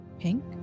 pink